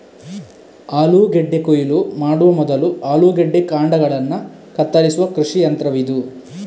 ಆಲೂಗೆಡ್ಡೆ ಕೊಯ್ಲು ಮಾಡುವ ಮೊದಲು ಆಲೂಗೆಡ್ಡೆ ಕಾಂಡಗಳನ್ನ ಕತ್ತರಿಸುವ ಕೃಷಿ ಯಂತ್ರವಿದು